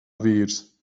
vīrs